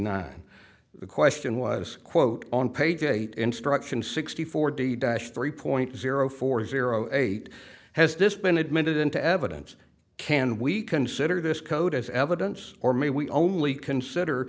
nine the question was quote on page eight instruction sixty four d dash three point zero four zero eight has this been admitted into evidence can we consider this code as evidence or may we only consider